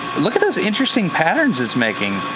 look at those interesting patterns it's making.